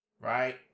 right